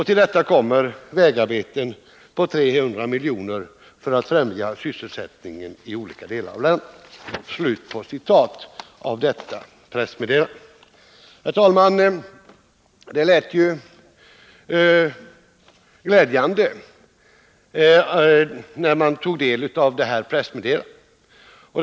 Till detta kommer vägarbeten på 300 miljoner för att främja sysselsättningen i olika delar av landet.” Herr talman! Det lät ju glädjande när man tog del av det här pressmeddelandet.